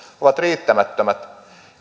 ovat riittämättömät